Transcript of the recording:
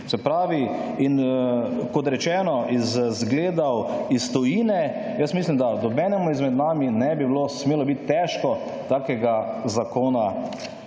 Se pravi in kot rečeno iz zgledov iz tujine jaz mislim, da nobenemu izmed nas ne bi smelo biti težko takega zakona